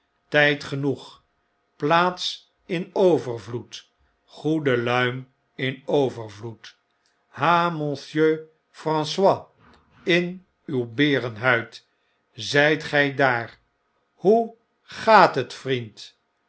tyd genoeg plaats in overvloed goede luim in overvloed ha monsieur francois in uw berenhuid zjjt gy daar hoe gaat het vriend